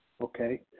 okay